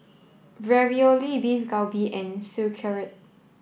Ravioli Beef Galbi and Sauerkraut